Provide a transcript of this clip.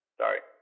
sorry